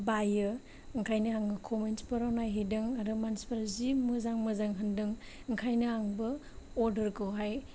बायो ओंखायनो आङो कमेन्टसफोराव नायहैदों आरो मानसिफोर जि मोजां मोजां होन्दों ओंखायनो आंबो अदारखौहाय